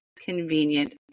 convenient